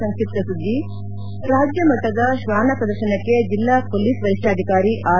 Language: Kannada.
ಸಂಕ್ಷಿಪ್ತ ಸುದ್ತಿ ರಾಜ್ಯಮಟ್ಟದ ಶ್ವಾನ ಪ್ರದರ್ಶನಕ್ಕೆ ಜಿಲ್ಲಾ ಪೊಲೀಸ್ ವರಿಷ್ಪಾಧಿಕಾರಿ ಆರ್